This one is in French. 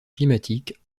climatique